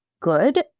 good